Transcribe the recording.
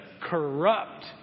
corrupt